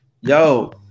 Yo